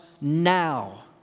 now